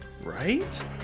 right